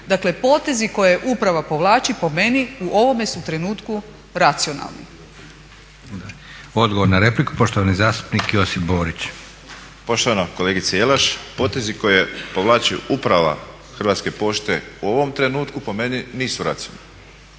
Dakle potezi koje uprava povlači po meni u ovome su trenutku racionalni. **Leko, Josip (SDP)** Odgovor na repliku, poštovani zastupnik Josip Borić. **Borić, Josip (HDZ)** Poštovana kolegice Jelaš, potezi koje povlači uprava Hrvatske pošte u ovom trenutku po meni nisu racionalni